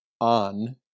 on